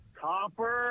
Copper